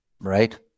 Right